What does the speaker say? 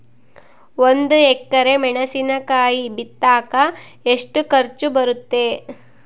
ಒಂದು ಎಕರೆ ಮೆಣಸಿನಕಾಯಿ ಬಿತ್ತಾಕ ಎಷ್ಟು ಖರ್ಚು ಬರುತ್ತೆ?